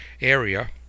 area